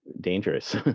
dangerous